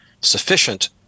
sufficient